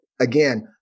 again